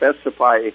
specify